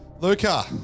Luca